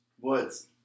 Woods